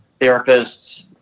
therapists